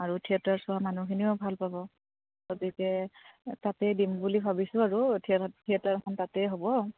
আৰু থিয়েটাৰ চোৱা মানুহখিনিও ভাল পাব গতিকে তাতেই দিম বুলি ভাবিছোঁ আৰু থিয়েটাৰ এখন তাতেই হ'ব